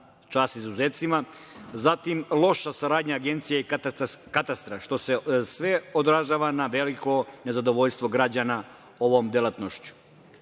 čast izuzecima, zatim, loša saradnja agencije i katastra, što se sve odražava na veliko nezadovoljstvo građana ovom delatnošću. Ne